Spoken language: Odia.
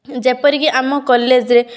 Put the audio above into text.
ଯେପରିକି ଆମ କଲେଜ୍ରେ